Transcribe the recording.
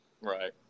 Right